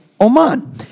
Oman